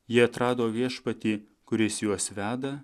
jie atrado viešpatį kuris juos veda